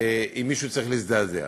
אם מישהו צריך להזדעזע.